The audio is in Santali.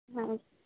ᱦᱮᱸ